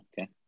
Okay